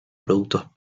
productos